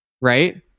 right